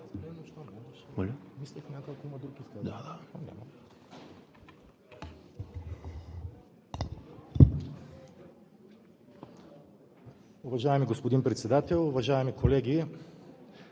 Уважаеми господин Председател, уважаеми колеги,